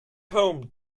home